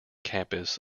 campus